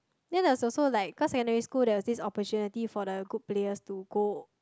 then there was also like cause secondary school there was this opportunity for the good players to go